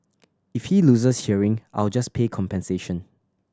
if he loses hearing I'll just pay compensation